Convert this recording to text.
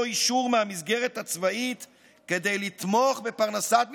אישור מהמסגרת הצבאית כדי לתמוך בפרנסת משפחתם.